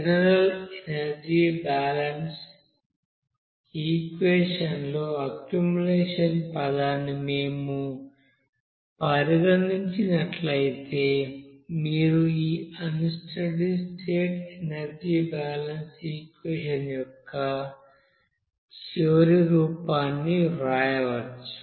general energy balance equation లో ఆ accumulation పదాన్ని మేము పరిగణించినట్లయితే మీరు ఈ unsteady state energy balance equation యొక్క చివరి రూపాన్ని వ్రాయవచ్చు